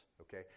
Okay